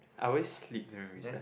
I always sleep during recess